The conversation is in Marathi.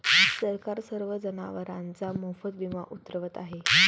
सरकार सर्व जनावरांचा मोफत विमा उतरवत आहे